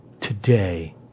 today